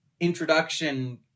introduction